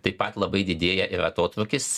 taip pat labai didėja ir atotrūkis